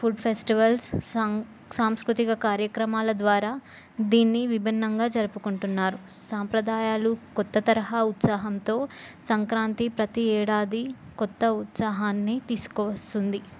food festivals సా సాంస్కృతిక కార్యక్రమాల ద్వారా దీన్ని విభిన్నంగా జరుపుకుంటున్నారు సాంప్రదాయాలు కొత్త తరహా ఉత్సాహంతో సంక్రాంతి ప్రతి ఏడాది కొత్త ఉత్సాహాన్ని తీసుకు వస్తుంది